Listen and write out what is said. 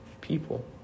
people